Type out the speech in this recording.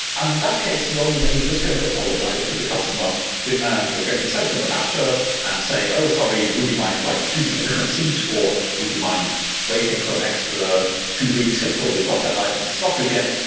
and in that case, you know you're just going to apologize to the customer but and you're going to send them a voucher and say, oh, sorry. would you mind like choosing a different seat, or would you mind waiting for an extra two weeks until we've got that item in stock again?